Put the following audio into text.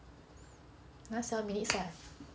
another seven minutes lah